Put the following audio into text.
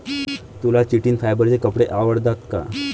तुला चिटिन फायबरचे कपडे आवडतात का?